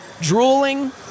drooling